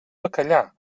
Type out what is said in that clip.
bacallà